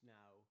now